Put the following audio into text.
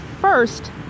first